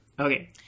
Okay